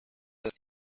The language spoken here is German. dass